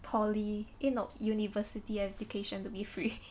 poly eh no university education to be free